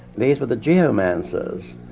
these were the geomancers,